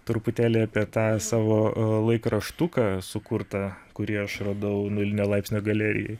truputėlį apie tą savo laikraštuką sukurtą kurį aš radau nulinio laipsnio galerijoj